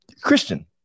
Christian